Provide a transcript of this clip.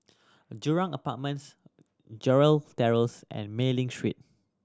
Jurong Apartments Gerald Terrace and Mei Ling Street